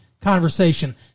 conversation